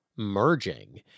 Merging